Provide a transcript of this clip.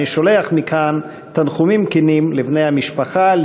אני שולח מכאן תנחומים כנים לבני המשפחה,